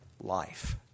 life